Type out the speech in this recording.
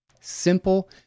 Simple